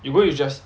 you go you just